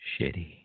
Shitty